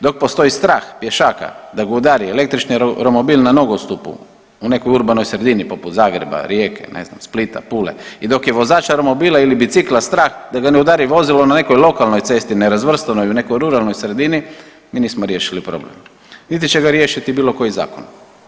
Dok postoji strah pješaka da ga udari električni automobil na nogostupu u nekoj urbanoj sredini poput Zagreba, Rijeke, ne znam, Splita, Pule i dok je vozača romobila ili bicikla strah da ga ne udari vozilo na nekoj lokalnoj cesti, nerazvrstanoj u nekoj ruralnoj sredini, mi nismo riješili problem niti će ga riješiti bilo koji zakon.